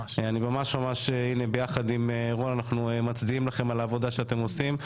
אני יחד עם רון מצדיע לכם על העבודה שאתם עושים,